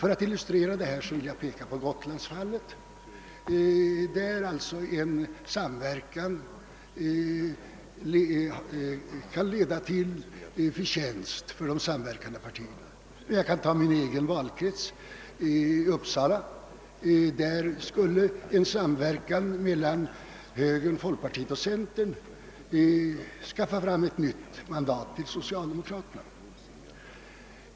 För att illustrera detta vill jag peka på gotlandsfallet, där alltså en samverkan kan leda till förtjänst för de samverkande partierna. Jag kan vidare ta min egen valkrets som exempel. I Uppsala skulle en samverkan mellan högern, folkpartiet och centern ge ett nytt mandat till socialdemokraterna.